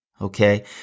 Okay